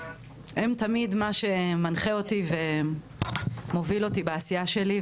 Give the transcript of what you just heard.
הן תמיד מה שמנחה אותי ומוביל אותי בעשייה שלי,